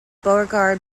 beauregard